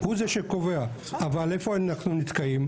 אבל איפה כתוב יבואן?